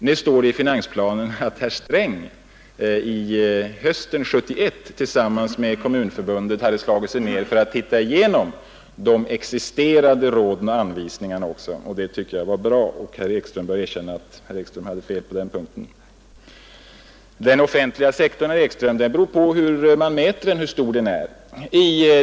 Nu står det i finansplanen att herr Sträng på hösten 1971 hade slagit sig ned tillsammans med Kommunförbundet för att titta igenom de existerande råden och anvisningarna, och det tycker jag var bra. Herr Ekström bör erkänna att han hade fel på den punkten. Hur stor den offentliga sektorn är, herr Ekström, beror på hur man mäter den.